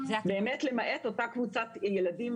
באמת למעט אותה קבוצת ילדים,